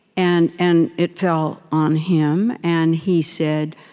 and and it fell on him, and he said,